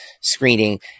screening